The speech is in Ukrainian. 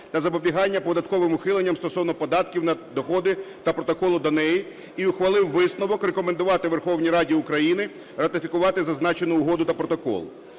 та запобігання податковим ухиленням стосовно податків на доходи та Протоколу до неї і ухвалив висновок: рекомендувати Верховній Раді України ратифікувати зазначену Угоду та Протокол.